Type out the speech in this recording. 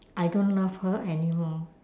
I don't love her anymore